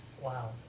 Wow